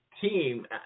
team